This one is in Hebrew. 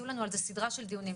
יהיו לנו על זה סדרה של דיונים.